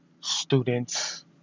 students